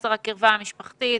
חוסר הקרבה המשפחתית,